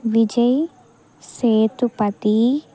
Vijay Sethupathi